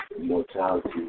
Mortality